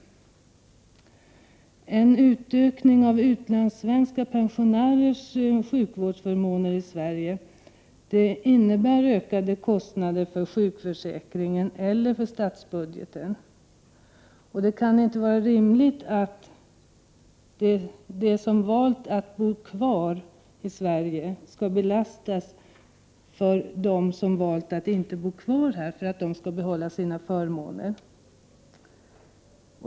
En utökning av utlandssvenska pensionärers sjukvårdsförmåner i Sverige innebär ökade kostnader för sjukförsäkringen eller för statsbudgeten. Och det kan inte vara rimligt att de som valt att bo kvar i Sverige skall belastas för att de som valt att inte bo kvar här skall behålla sina förmåner.